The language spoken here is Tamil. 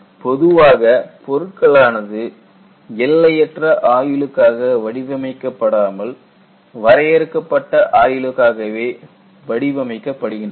பொதுவாக பொருட்களானது எல்லையற்ற ஆயுளுக்காக வடிவமைக்கப் படாமல் வரையறுக்கப்பட்ட ஆயுளுக்காகவே வடிவமைக்கப்படுகின்றன